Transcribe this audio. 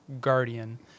guardian